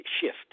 shift